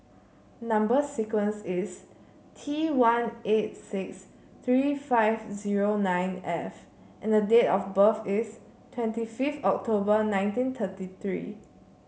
number sequence is T one eight six three five zero nine F and the date of birth is twenty fifth October nineteen thirty three